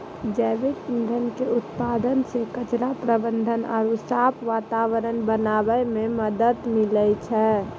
जैविक ईंधन के उत्पादन से कचरा प्रबंधन आरु साफ वातावरण बनाबै मे मदत मिलै छै